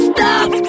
Stop